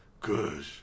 Good